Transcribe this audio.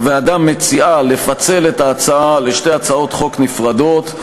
הוועדה מציעה לפצל את ההצעה לשתי הצעות חוק נפרדות.